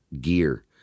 gear